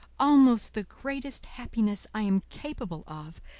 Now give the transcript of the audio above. almost the greatest happiness i am capable of,